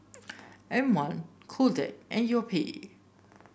M one Kodak and Yoplait